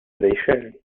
seychellen